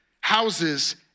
houses